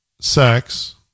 sex